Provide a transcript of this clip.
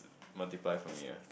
multiple from here